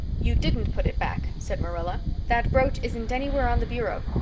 you didn't put it back, said marilla. that brooch isn't anywhere on the bureau.